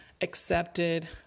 accepted